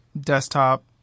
Desktop